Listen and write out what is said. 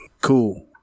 Cool